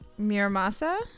miramasa